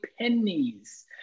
pennies